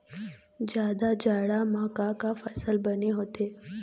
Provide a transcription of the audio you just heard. जादा जाड़ा म का का फसल बने होथे?